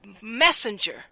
messenger